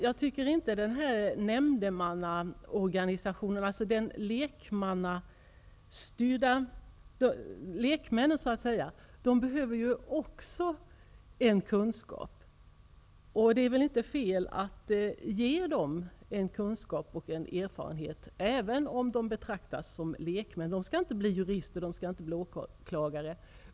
Men även lekmän behöver en fördjupad kunskap, och det kan väl inte vara fel att ge dem fördjupad kunskap, även om de betraktas som lekmän och inte skall bli jurister eller åklagare.